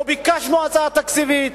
לא ביקשנו הצעה תקציבית,